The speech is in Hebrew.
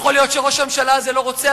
יכול להיות שראש הממשלה הזה לא רוצה,